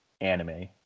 anime